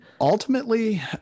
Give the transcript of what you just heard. ultimately